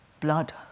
blood